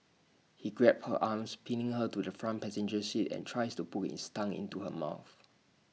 he grabbed her arms pinning her to the front passenger seat and tries to put his tongue into her mouth